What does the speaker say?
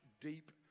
deep